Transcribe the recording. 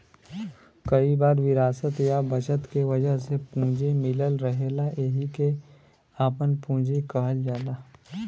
कई बार विरासत या बचत के वजह से पूंजी मिलल रहेला एहिके आपन पूंजी कहल जाला